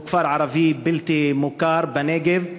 שהוא כפר ערבי בלתי מוכר בנגב,